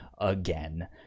again